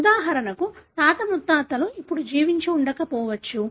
ఉదాహరణకు తాత ముత్తాతలు ఇప్పుడు జీవించి ఉండకపోవచ్చు